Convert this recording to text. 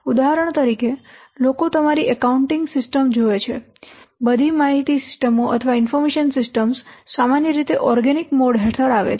ઉદાહરણ તરીકે લોકો તમારી એકાઉન્ટિંગ સિસ્ટમ જુએ છે બધી માહિતી સિસ્ટમો સામાન્ય રીતે ઓર્ગેનિક મોડ હેઠળ આવે છે